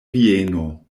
vieno